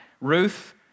Ruth